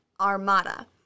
Armada